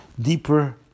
deeper